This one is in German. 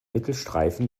mittelstreifen